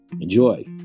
enjoy